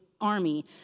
army